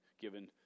given